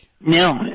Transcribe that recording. No